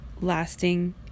lasting